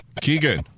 Keegan